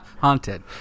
haunted